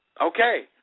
okay